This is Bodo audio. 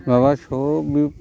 नङाबा सबबो